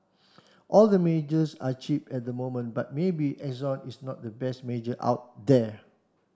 all the majors are cheap at the moment but maybe Exxon is not the best major out there